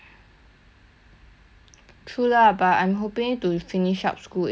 true lah but I'm hoping to finish up school A_S_A_P if I go U cause